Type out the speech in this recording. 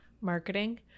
marketing